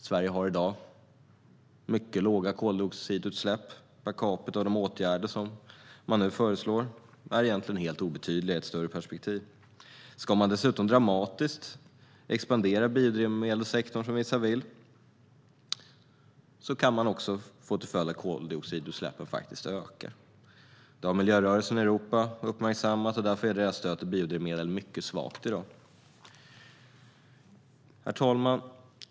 Sverige har i dag mycket låga koldioxidutsläpp per capita, och de åtgärder som nu föreslås är egentligen helt obetydliga i ett större perspektiv. Om man dessutom dramatiskt ska expandera biodrivmedelssektorn, som vissa vill, kan följden faktiskt bli att koldioxidutsläppen ökar. Det har miljörörelsen i Europa uppmärksammat, och därför är deras stöd för biodrivmedel mycket svagt i dag. Herr talman!